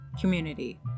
community